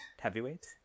Heavyweight